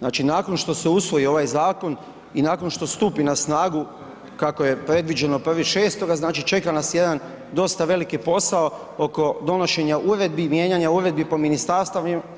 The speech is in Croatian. Znači nakon što se usvoji ovaj zakon i nakon što stupi na snagu kako je predviđeno 1.6. znači čeka nas jedan dosta veliki posao oko donošenja uredbi, mijenjanja uredbi po